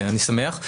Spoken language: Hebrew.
אני שמח.